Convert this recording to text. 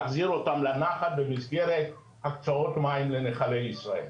על מנת להחזיר אותם לנחל במסגרת הקצאות מים לנחלי ישראל.